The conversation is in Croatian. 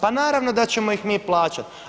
Pa naravno da ćemo ih mi plaćati.